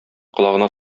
колагына